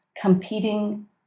competing